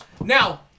Now